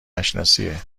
نشناسیه